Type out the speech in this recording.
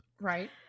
right